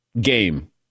game